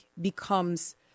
becomes